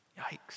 Yikes